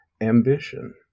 ambition